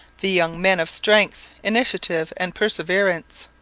the young men of strength, initiative, and perseverance.